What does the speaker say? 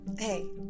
Hey